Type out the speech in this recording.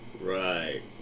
Right